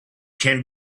can